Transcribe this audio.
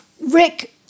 Rick